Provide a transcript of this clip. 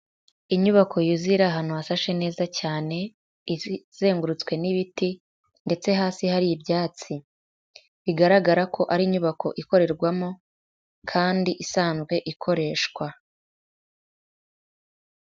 Inyubako yuzuye iri ahantu hasashe neza, cyane izengurutswe n'ibiti ndetse hasi hari ibyatsi. Bigaragara ko ari inyubako ikorerwamo kandi isanzwe ikoreshwa.